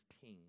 king